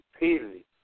repeatedly